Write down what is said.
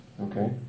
Okay